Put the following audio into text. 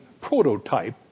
prototype